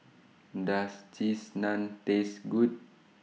Does Cheese Naan Taste Good